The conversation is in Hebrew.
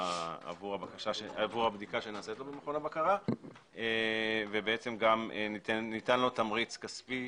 הבדיקה שנעשית לו במכון הבקרה וגם ניתן לו תמריץ כספי